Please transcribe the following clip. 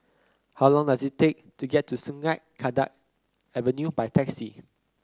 how long does it take to get to Sungei Kadut Avenue by taxi